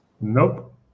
Nope